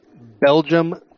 Belgium